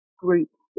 groups